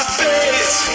face